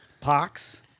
pox